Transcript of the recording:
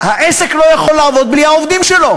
העסק לא יכול לעבוד בלי העובדים שלו.